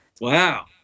Wow